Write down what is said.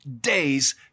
days